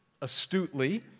astutely